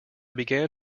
began